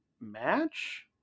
match